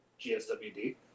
GSWD